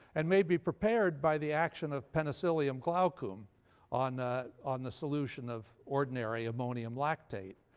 and may be prepared by the action of penicillium glaucum on ah on the solution of ordinary ammonium lactate.